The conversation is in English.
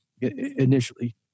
initially